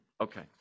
Okay